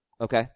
Okay